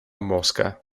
mosca